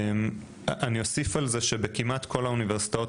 אני אוסיף על זה שכמעט בכל האוניברסיטאות